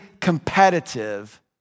competitive